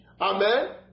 Amen